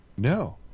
No